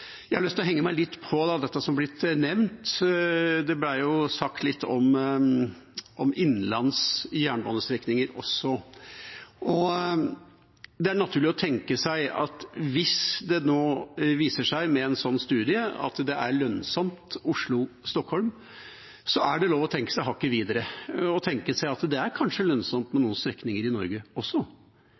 Jeg har lyst til å henge meg litt på det som er blitt nevnt om innenlands jernbanestrekninger også. Det er naturlig å tenke seg at hvis det nå med en sånn studie viser seg at Oslo–Stockholm er lønnsomt, er det lov å tenke seg hakket videre, tenke seg at det kanskje er lønnsomt på noen strekninger i Norge også